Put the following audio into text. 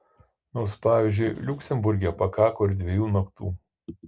nors pavyzdžiui liuksemburge pakako ir dviejų naktų